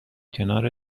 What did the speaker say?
کنار